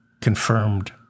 confirmed